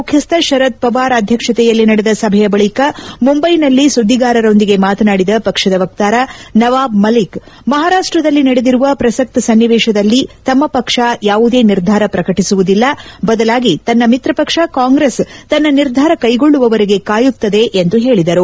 ಮುಖ್ಯಸ್ವ ಶರದ್ ಪವಾರ್ ಅಧ್ಯಕ್ಷತೆಯಲ್ಲಿ ನಡೆದ ಸಭೆಯ ಬಳಿಕ ಮುಂಬೈನಲ್ಲಿ ಸುದ್ದಿಗಾರರೊಂದಿಗೆ ಮಾತನಾಡಿದ ಪಕ್ಷದ ವಕ್ತಾರ ನವಾಬ್ ಮಲ್ಲಿಕ್ ಮಹಾರಾಷ್ಷದಲ್ಲಿ ನಡೆದಿರುವ ಪ್ರಸಕ್ತ ಸನ್ನಿವೇಶದಲ್ಲಿ ತಮ್ಮ ಪಕ್ಷ ಯಾವುದೇ ನಿರ್ಧಾರ ಪ್ರಕಟಿಸುವುದಿಲ್ಲ ಬದಲಾಗಿ ತನ್ನ ಮಿತ್ರಪಕ್ಷ ಕಾಂಗ್ರೆಸ್ ತನ್ನ ನಿರ್ಧಾರ ಕೈಗೊಳ್ಳುವವರೆಗೆ ಕಾಯುತ್ತದೆ ಎಂದು ಹೇಳಿದರು